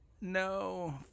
no